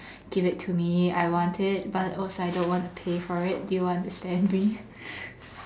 give it to me I want it but also I don't want to pay for it do you want to send me